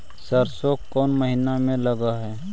सरसों कोन महिना में लग है?